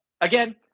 again